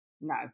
No